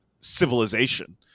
civilization